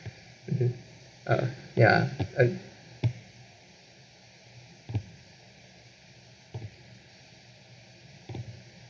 mmhmm uh ya and